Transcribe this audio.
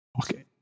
Okay